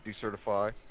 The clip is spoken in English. decertify